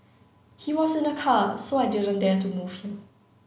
he was in a car so I didn't dare to move him